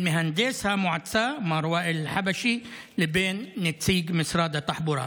מהנדס המועצה מר ואיל חבשי לבין נציג משרד התחבורה.